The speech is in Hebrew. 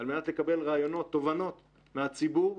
על מנת לקבל רעיונות ותובנות מהציבור,